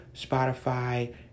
Spotify